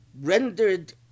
rendered